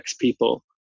people